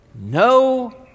No